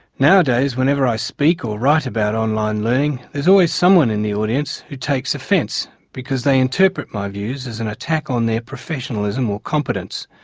nowadays, whenever i speak or write about online learning there's always someone in the audience who takes offence because they interpret my views as an attack on their professionalism or competence.